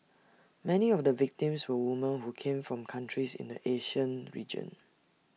many of the victims were women who came from countries in the Asian region